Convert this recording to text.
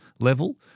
level